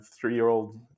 three-year-old